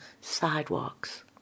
sidewalks